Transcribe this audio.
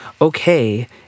Okay